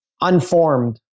unformed